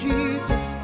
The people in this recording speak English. Jesus